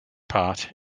part